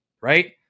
Right